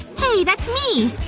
hey. that's me,